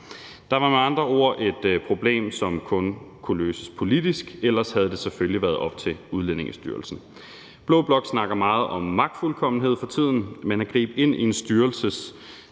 Der var med andre ord et problem, som kun kunne løses politisk, ellers havde det selvfølgelig været op til Udlændingestyrelsen. Blå blok snakker meget om magtfuldkommenhed for tiden, men at gribe ind i en styrelses